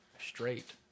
straight